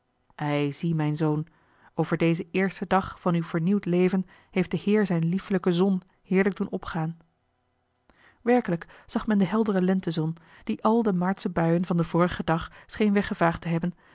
ei zie mijn zoon over dezen eersten dag van uw vernieuwd leven heeft de heer zijne liefelijke zon heerlijk doen opgaan werkelijk zag men de heldere lentezon die al de maartsche buien van den vorigen dag scheen weggevaagd te hebben